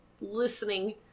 listening